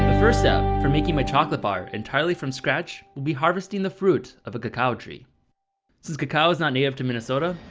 first step for making my chocolate bar entirely from scratch will be harvesting the fruit of a cacao tree since cacao is not native to minnesota,